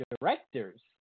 directors